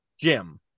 Jim